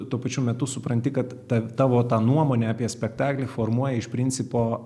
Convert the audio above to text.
tuo pačiu metu supranti kad ta tavo ta nuomonė apie spektaklį formuoja iš principo